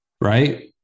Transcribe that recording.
right